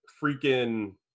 Freaking